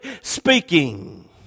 speaking